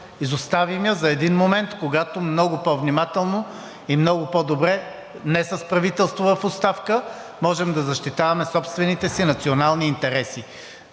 изоставим я за един момент, когато много по-внимателно и много по-добре, не с правителство в оставка, можем да защитаваме собствените си национални интереси.